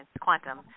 quantum